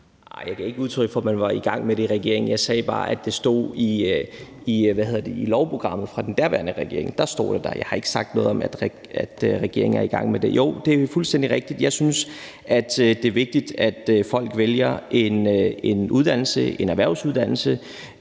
jeg gav ikke udtryk for, at man var i gang med det i regeringen. Jeg sagde bare, at det stod i lovprogrammet for den daværende regering – der stod det. Jeg har ikke sagt noget om, at regeringen er i gang med det. Jo, det er fuldstændig rigtigt, at jeg synes, det er vigtigt, at folk vælger en uddannelse,